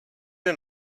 and